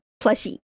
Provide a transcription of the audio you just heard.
plushie